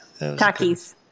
Takis